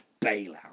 bailout